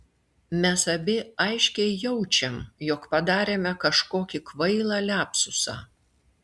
mes abi aiškiai jaučiam jog padarėme kažkokį kvailą liapsusą